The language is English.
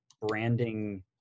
branding